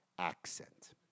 accent